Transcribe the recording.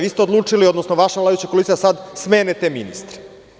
Vi ste odlučili, odnosno vaša vladajuća koalicija, da sad smene te ministre.